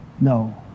No